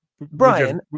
Brian